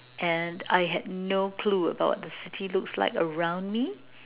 and I had no clue about the city looks like around me